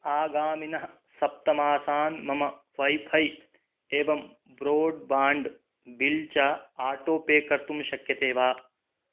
आगामिनः सप्तमासान् मम वैफै एवं ब्रोड्बाण्ड् बिल् च आटो पे कर्तुं शक्यते वा